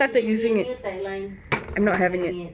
it should be a new tagline not having it